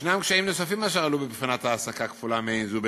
יש קשיים נוספים אשר עלו בבחינת העסקה כפולה מעין זו,